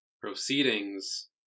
proceedings